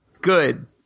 Good